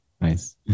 nice